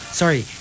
sorry